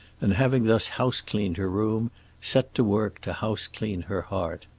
and having thus housecleaned her room set to work to houseclean her heart.